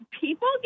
People